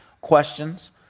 questions